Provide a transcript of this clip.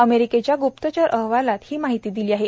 अमेरिकेच्या ग्प्तचर अहवालात ही माहिती दिली आहे